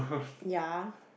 ya